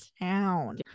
town